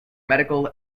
medical